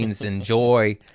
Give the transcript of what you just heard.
enjoy